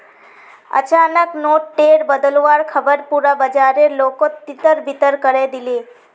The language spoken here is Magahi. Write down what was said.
अचानक नोट टेर बदलुवार ख़बर पुरा बाजारेर लोकोत तितर बितर करे दिलए